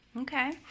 okay